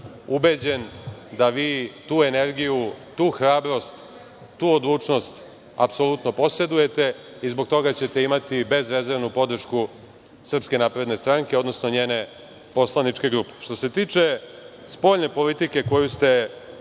ubeđen da vi tu energiju, tu hrabrost, tu odlučnost apsolutno posedujete i zbog toga ćete imati bezrezervnu podršku SNS, odnosno njene poslaničke grupe. Što se tiče spoljne politike koju ste